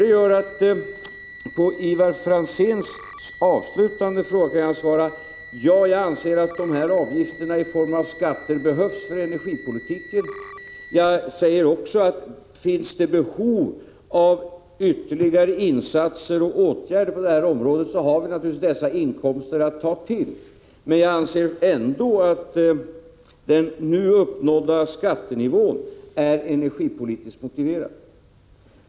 Det gör att jag, på Ivar Franzéns avslutande fråga, kan svara: Ja, jag anser att avgifterna i form av skatter behövs för energipolitiken. Jag säger också att om det finns behov av ytterligare insatser och åtgärder på det här området har vi naturligtvis dessa inkomster att ta till. Men jag anser ändå att den nu uppnådda skattenivån är energipolitiskt motiverad.